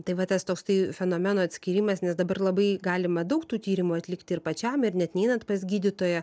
tai va tas toksai fenomeno atskyrimas nes dabar labai galima daug tų tyrimų atlikti ir pačiam ir net neinant pas gydytoją